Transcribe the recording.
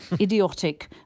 idiotic